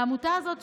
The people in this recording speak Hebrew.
העמותה הזאת,